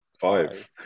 five